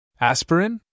Aspirin